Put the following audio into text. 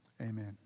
Amen